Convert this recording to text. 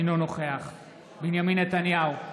אינו נוכח בנימין נתניהו,